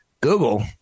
google